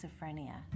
schizophrenia